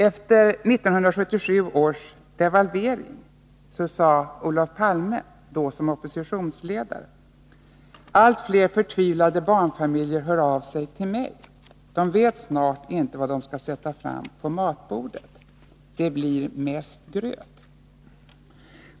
Efter 1977 års devalvering sade Olof Palme som oppositionsledare följande: Allt fler förtvivlade barnfamiljer hör av sig till mig. De vet snart inte vad de skall sätta fram på matbordet. Det blir mest gröt.